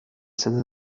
sede